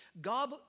God